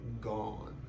gone